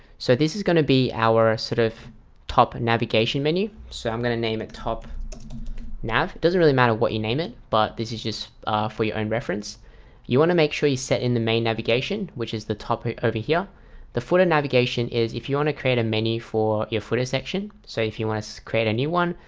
so this is going to be our sort of top navigation menu. so i'm gonna name it top now it doesn't really matter what you name it, but this is just for your own reference you want to make sure you set in the main navigation, which is the top over here the footer navigation is if you want to create a menu for your footer section so if you want to so create a new one,